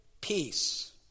peace